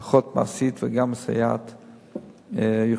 אבא אחד ישן זה היה